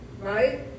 Right